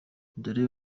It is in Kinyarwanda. dore